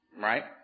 right